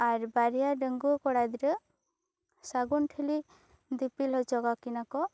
ᱟᱨ ᱵᱟᱨᱮᱭᱟ ᱰᱟᱹᱜᱩᱭᱟᱹ ᱠᱚᱲᱟ ᱜᱤᱫᱽᱨᱟᱹ ᱥᱟᱹᱜᱩᱱ ᱴᱷᱤᱞ ᱫᱤᱯᱤᱞ ᱦᱚᱪᱚ ᱠᱟᱠᱤ ᱱᱟᱠᱚ